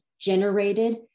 generated